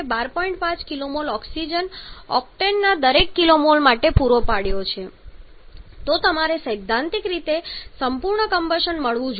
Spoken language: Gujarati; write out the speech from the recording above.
5 kmol ઓક્સિજન ઓક્ટેનના દરેક kmol માટે પૂરો પાડ્યો હોય તો તમારે સૈદ્ધાંતિક રીતે સંપૂર્ણ કમ્બશન મળવું જોઈએ